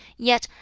yet,